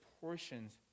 portions